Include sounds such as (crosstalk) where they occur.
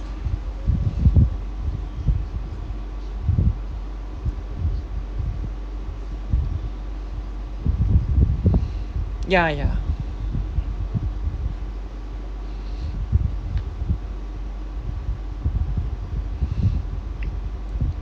(breath) ya ya (breath)